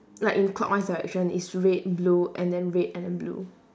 like in clockwise direction it's red blue and then red and then blue